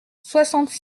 soixante